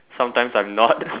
sometimes I'm not